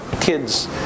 kids